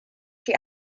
she